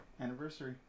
Anniversary